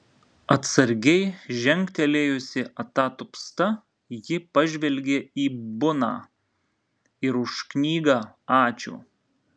atsargiai žengtelėjusi atatupsta ji pažvelgė į buną ir už knygą ačiū